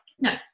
No